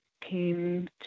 came